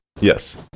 Yes